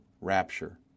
rapture